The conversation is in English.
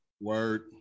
word